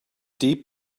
deep